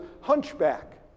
hunchback